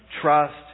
trust